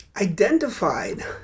identified